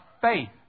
faith